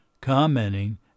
commenting